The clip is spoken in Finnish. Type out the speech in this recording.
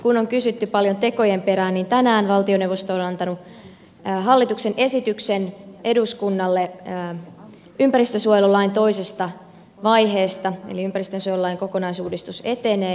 kun on kysytty paljon tekojen perään niin tänään valtioneuvosto on antanut hallituksen esityksen eduskunnalle ympäristönsuojelulain toisesta vaiheesta eli ympäristönsuojelulain kokonaisuudistus etenee